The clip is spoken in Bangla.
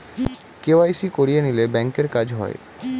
কে.ওয়াই.সি করিয়ে নিলে ব্যাঙ্কের কাজ হয়